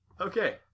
Okay